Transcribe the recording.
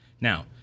Now